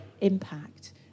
impact